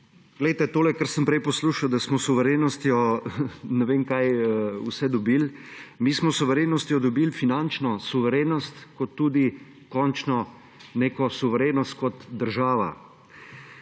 predsedujoči. Tole, kar sem prej poslušal, da smo s suverenostjo ne vem kaj vse dobili – mi smo s suverenostjo dobili finančno suverenost in tudi končno suverenost kot država.